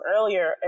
earlier